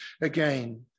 again